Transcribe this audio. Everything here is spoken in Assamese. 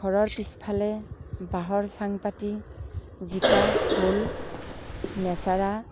ঘৰৰ পিছফালে বাঁহৰ চাং পাতি জিকা ভোল লেচেৰা